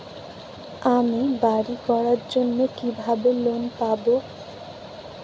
আমি বাড়ি করার জন্য কিভাবে লোন পাব?